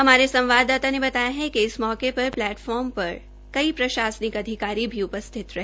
हमारे संवाददाता ने बताया कि इस मौके पर प्लेटफार्म पर कई प्रशासनिक अधिकारी मौजूद रहे